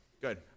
good